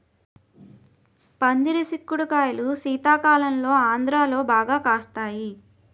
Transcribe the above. పందిరి సిక్కుడు కాయలు శీతాకాలంలో ఆంధ్రాలో బాగా కాస్తాయి